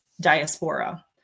diaspora